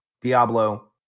Diablo